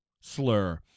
slur